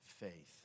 faith